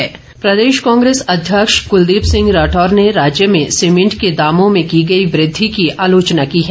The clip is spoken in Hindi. कांग्रेस प्रदेश कांग्रेस अध्यक्ष कुलदीप सिंह राठौर ने राज्य में सीमेंट के दामों में की गई वृद्धि की आलोचना की है